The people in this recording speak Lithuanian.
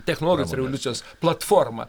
technologinės revoliucijos platforma